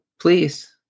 Please